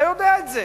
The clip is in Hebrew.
אתה יודע את זה.